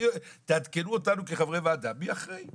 אבל תעדכנו אותנו כחברי ועדה מי אחראי.